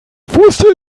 wusste